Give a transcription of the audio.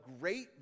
great